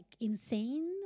insane